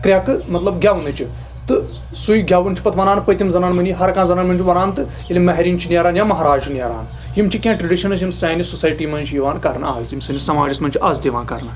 کرٛٮ۪کہٕ مطلب گٮ۪ونٕچہِ تہٕ سُے گیوُن چھ پتہٕ ونان پٔتِم زنان مٔہنیٖی ہر کانٛہہ زنان مٔہنیو چھ وَنان تہٕ ییٚلہِ مہریٖن چھِ نیران یا مہراز چھُ نیران یِم چھِ کیٚنٛہہ ٹریڈِشنز یِم سانہِ سوسایٹی منٛز چھِ یِوان کَرنہٕ آز یِم سٲنِس سَماجس منٛز چھِ آز تہِ یوان کَرنہٕ